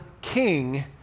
king